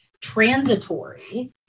transitory